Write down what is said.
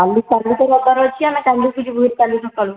କାଲି କାଲି ତ ରବିବାର ଅଛି ଆମେ କାଲିକି ଯିବୁ ଭାରି କାଲି ସକାଳୁ